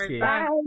bye